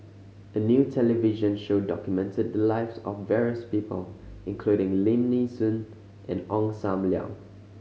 a new television show documented the lives of various people including Lim Nee Soon and Ong Sam Leong